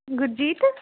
Gurjeet